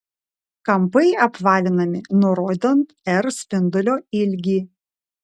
kampai apvalinami nurodant r spindulio ilgį